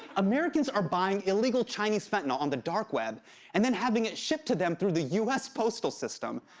americans are buying illegal chinese fentanyl on the dark web and then having it shipped to them through the u s. postal system.